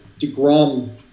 Degrom